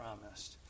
promised